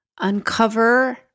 uncover